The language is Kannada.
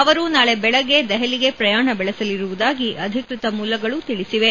ಅವರು ನಾಳೆ ಬೆಳಗ್ಗೆ ದೆಹಲಿಗೆ ಪ್ರಯಾಣ ಬೆಳೆಸಲಿರುವುದಾಗಿ ಅಧಿಕೃತ ಮೂಲಗಳು ತಿಳಿಸಿವೆ